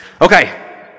Okay